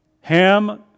Ham